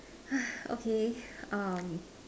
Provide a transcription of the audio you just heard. okay um